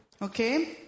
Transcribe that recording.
Okay